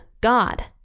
God